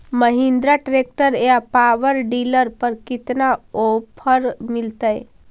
Mahindra tractor या power dealer पर कितना ओफर मीलेतय?